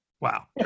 Wow